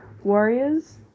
Warriors